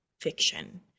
fiction